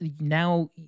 now